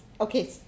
Okay